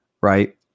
right